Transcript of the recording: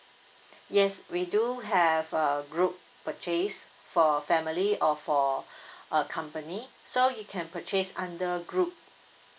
yes we do have a group purchase for family or for a company so you can purchase under a group